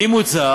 אימוצה